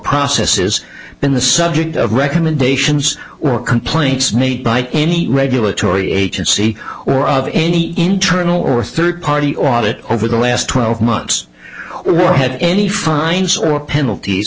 processes in the subject of recommendations were complaints made by any regulatory agency or of any internal or third party audit over the last twelve months or had any fines or penalties